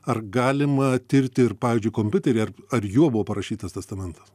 ar galima tirti ir pavyzdžiui kompiuterį ar ar juo buvo parašytas testamentas